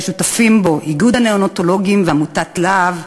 ששותפים בו איגוד הנאונטולוגים ועמותת לה"ב,